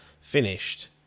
finished